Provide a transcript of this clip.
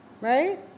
right